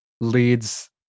leads